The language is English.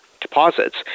deposits